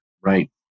Right